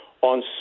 on